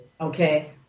okay